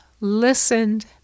listened